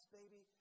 baby